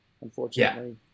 unfortunately